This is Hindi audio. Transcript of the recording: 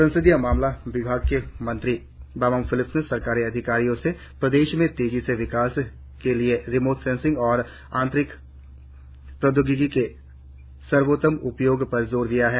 संसदीय मामला विभाग के मंत्री बामंग फेलिक्स ने सरकारी अधिकारियों से प्रदेश मे तेजी से विकास के लिए रिमोट सेनसिंग और अंतरिक्ष प्रौद्योगिकी के सर्वोत्तम उपयोग पर जोर दिया है